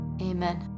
amen